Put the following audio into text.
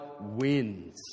wins